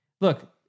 look